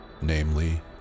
Namely